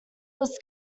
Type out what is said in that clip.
was